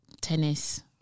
tennis